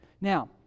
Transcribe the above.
Now